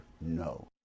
no